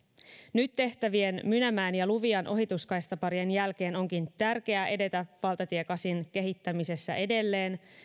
nyt tehtävien mynämäen ja luvian ohituskaistaparien jälkeen onkin tärkeää edetä valtatie kasin kehittämisessä edelleen